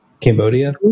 Cambodia